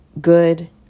good